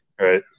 right